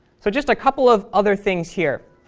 so just a couple of other things here.